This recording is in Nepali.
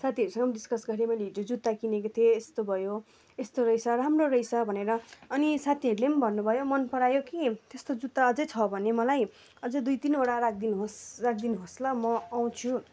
साथीहरूसँग डिस्कस गरेँ मैले हिजो जुत्ता किनेको थिएँ यस्तो भयो यस्तो रहेछ राम्रो रहेछ भनेर अनि साथीहरूले भन्नु भयो मन परायो कि त्यस्तो जुत्ता अझ छ भने मलाई अझ दुई तिनवटा राखिदिनु होस् राखिदिनु होस् ल म आउँछु